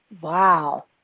Wow